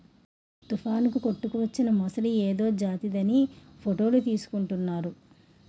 తుఫానుకు కొట్టుకువచ్చిన మొసలి ఏదో జాతిదని ఫోటోలు తీసుకుంటున్నారు